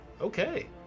Okay